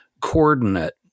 coordinate